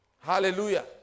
Hallelujah